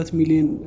million